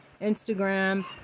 Instagram